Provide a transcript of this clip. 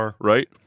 right